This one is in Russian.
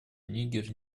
нигер